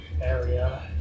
area